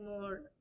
more